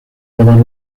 cavar